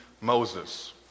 Moses